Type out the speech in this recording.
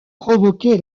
provoqué